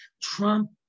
Trump